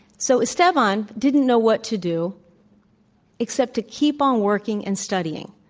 so esteban didn't know what to do except to keep on working and studying.